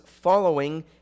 following